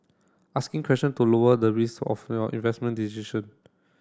asking questions to lower the risk of your investment decision